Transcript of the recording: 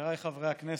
חבריי חברי הכנסת,